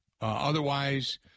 Otherwise